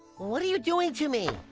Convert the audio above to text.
what are you doing to me?